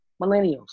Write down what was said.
millennials